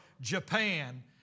Japan